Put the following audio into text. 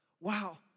wow